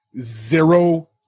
Zero